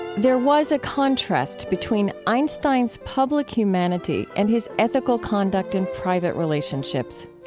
there was a contrast between einstein's public humanity and his ethical conduct in private relationships.